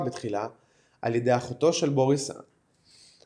בתחילה על ידי אחותו של בוריס אבדוקיה,